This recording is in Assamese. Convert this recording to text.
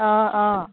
অঁ অঁ